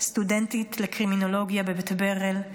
סטודנטית לקרימינולוגיה בבית ברל.